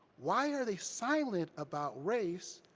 why are they silent about race,